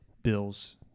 Bills